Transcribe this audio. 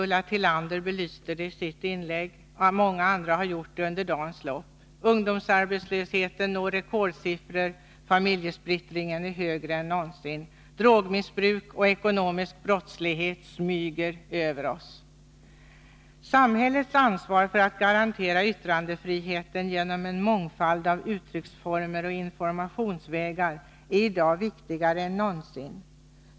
Ulla Tillander belyste det i sitt inlägg, och många andra har också gjort det under dagens lopp. Ungdomsarbetslösheten når rekordsiffor, familjesplittringen är större än någonsin, drogmissbruk och ekonomisk brottslighet smyger sig över oss. Samhällets ansvar för att garantera yttrandefriheten genom en mångfald av uttrycksformer och informationsvägar är i dag viktigare än någonsin.